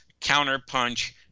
Counterpunch